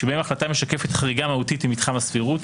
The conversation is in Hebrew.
שבהם ההחלטה משקפת חריגה מהותית ממתחם הסבירות,